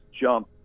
jump